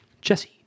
jesse